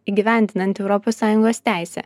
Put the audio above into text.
įgyvendinant europos sąjungos teisę